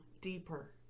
deeper